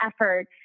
effort